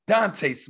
Dante